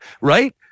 right